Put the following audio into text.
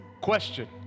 Question